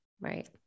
Right